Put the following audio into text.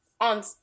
On